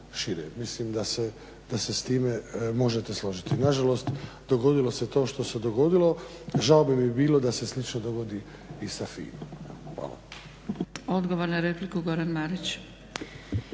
Odgovor na repliku, Goran Marić.